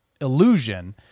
illusion